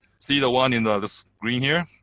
see the one in the other screen here,